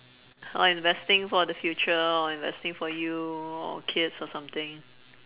or investing for the future or investing for you or kids or something